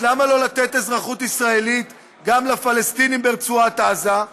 אז למה לא לתת אזרחות ישראלית גם לפלסטינים ברצועת עזה?